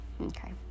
okay